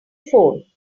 phone